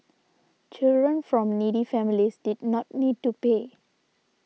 children from needy families did not need to pay